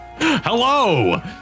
Hello